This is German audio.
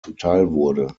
zuteilwurde